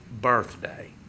birthday